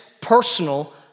personal